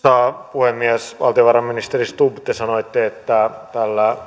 puhemies valtiovarainministeri stubb te sanoitte että tällä